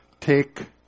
take